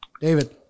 David